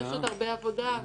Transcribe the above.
יש עוד הרבה עבודה.